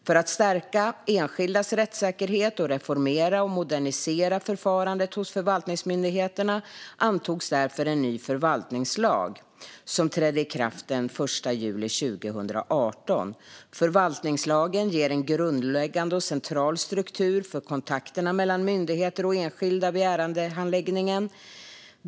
För att ytterligare stärka enskildas rättssäkerhet och reformera och modernisera förfarandet hos förvaltningsmyndigheterna antogs därför en ny förvaltningslag som trädde i kraft den 1 juli 2018. Förvaltningslagen ger en grundläggande och central struktur för kontakterna mellan myndigheter och enskilda vid ärendehandläggningen.